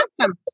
awesome